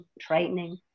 training